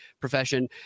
profession